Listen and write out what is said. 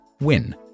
Win